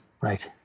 right